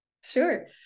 Sure